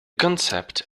concept